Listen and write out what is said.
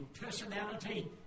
personality